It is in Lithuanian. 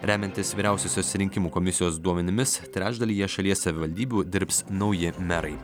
remiantis vyriausiosios rinkimų komisijos duomenimis trečdalyje šalies savivaldybių dirbs nauji merai